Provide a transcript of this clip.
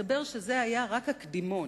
מתברר שזה היה רק הקדימון,